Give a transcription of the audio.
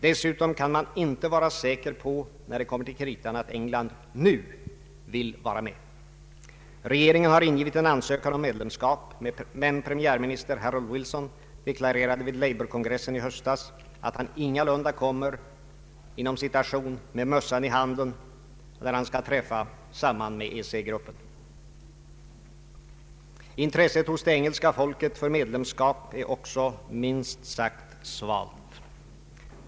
Dessutom kan man inte vara säker på, när det kommer till kritan, att England nu vill vara med. Regeringen där har ingivit en ansökan om medlemskap, men premiärminister Harold Wilson deklarerade vid labourkongressen i höstas att han ingalunda kommer ”med mössan i handen”, när han skall träffa samman med EEC-gruppen. Intresset hos det engelska folket för medlemskap är också minst sagt svalt.